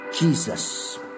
Jesus